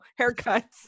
haircuts